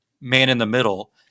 man-in-the-middle